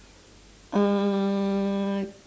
uh